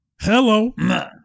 Hello